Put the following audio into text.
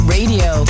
Radio